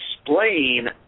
explain